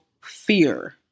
fear